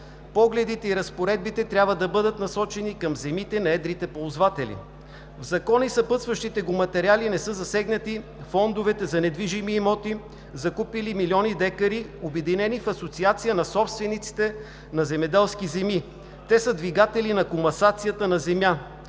Погледите и разпоредбите трябва да бъдат насочени към земите на едрите ползватели. В Закона и в съпътстващите го материали не са засегнати фондовете за недвижими имоти, закупили милиони декари, обединени в Асоциация на собствениците на земеделски земи. Те са двигатели на комасацията на земя.